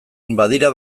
badira